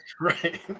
Right